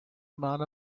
amount